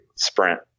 sprint